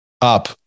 up